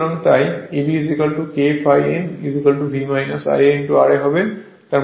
সুতরাং তাই Eb K ∅ n V Ia ra হবে